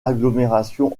agglomération